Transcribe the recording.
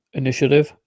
initiative